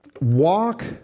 walk